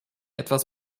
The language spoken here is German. etwas